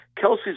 Kelsey's